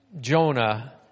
jonah